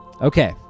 Okay